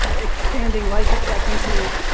expanding life expectancies.